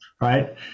right